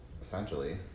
essentially